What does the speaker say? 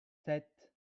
sept